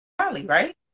right